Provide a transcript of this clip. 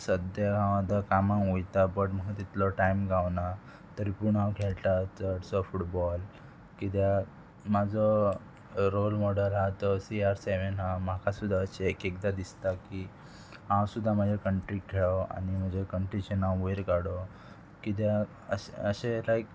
सद्द्या हांव आतां कामाक वयता बट म्हाका तितलो टायम गावना तरी पूण हांव खेळटा चडसो फुटबॉल कित्याक म्हाजो रोल मॉडल आहा तो सी आर सेवेन आहा म्हाका सुद्दां अशें एक एकदां दिसता की हांव सुद्दां म्हज्या कंट्रीक खेळों आनी म्हज्या कंट्रीचें नांव वयर काडूं किद्याक अशें अशें लायक